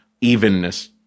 evenness